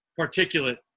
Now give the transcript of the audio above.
particulate